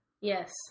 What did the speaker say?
Yes